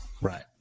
Right